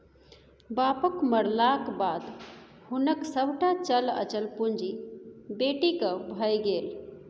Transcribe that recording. बापक मरलाक बाद हुनक सभटा चल अचल पुंजी बेटीक भए गेल